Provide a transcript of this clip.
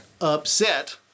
upset